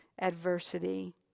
adversity